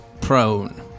prone